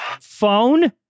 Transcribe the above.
phone